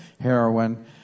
heroin